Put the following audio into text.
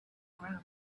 ground